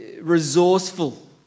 resourceful